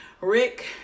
Rick